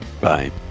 bye